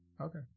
Okay